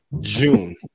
June